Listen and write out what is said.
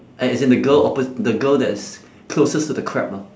a~ as in the girl oppos~ the girl that is closest to the crab lah